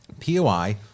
POI